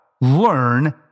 learn